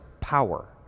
power